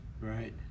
Right